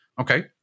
okay